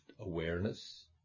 Awareness